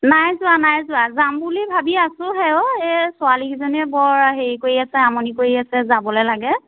নাই যোৱা নাই যোৱা যাম বুলি ভাবি আছোঁহে অ এই ছোৱালীকিজনীয়ে বৰ হেৰি কৰি আছে আমনি কৰি আছে যাবলে লাগে ন